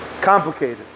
Complicated